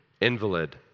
invalid